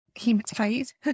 hematite